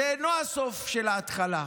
זה לא הסוף של ההתחלה,